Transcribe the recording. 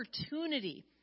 opportunity